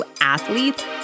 athletes